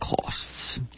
costs